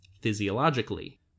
physiologically